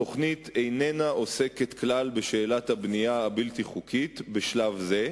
התוכנית איננה עוסקת כלל בשאלת הבנייה הבלתי-חוקית בשלב זה,